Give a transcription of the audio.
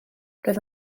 rwyf